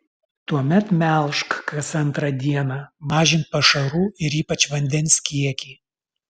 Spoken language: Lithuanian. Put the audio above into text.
tuomet melžk kas antrą dieną mažink pašarų ir ypač vandens kiekį